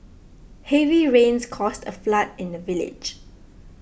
heavy rains caused a flood in the village